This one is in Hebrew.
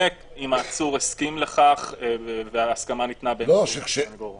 ואם עצור הסכים לכך וההסכמה ניתנה באמצעות הסנגור.